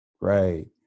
Right